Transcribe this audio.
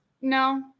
No